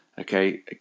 Okay